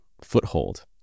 foothold